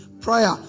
prayer